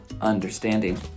understanding